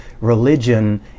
religion